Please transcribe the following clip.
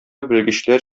белгечләр